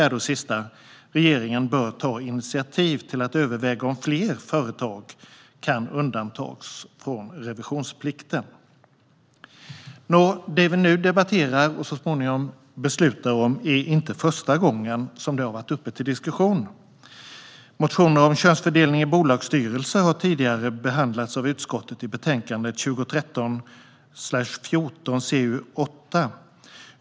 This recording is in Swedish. Regeringen bör ta initiativ till att överväga om fler företag kan undantas från revisionsplikten. Det är inte första gången som det vi nu debatterar och så småningom beslutar om är uppe till diskussion. Motioner om könsfördelning i bolagsstyrelser har tidigare behandlats av utskottet i betänkande 2013/14:CU8.